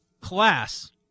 class